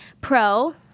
pro